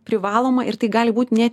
privaloma ir tai gali būti net